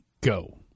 Go